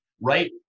Right